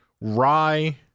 rye